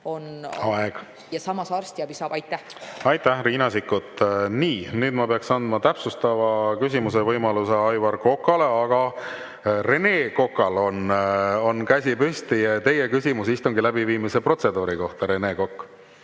ja samas arstiabi saab. Aitäh, Riina Sikkut! Nii. Nüüd ma peaksin andma täpsustava küsimuse esitamise võimaluse Aivar Kokale, aga Rene Kokal on käsi püsti. Teie küsimus istungi läbiviimise protseduuri kohta, Rene Kokk.